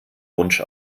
wunsch